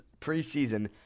preseason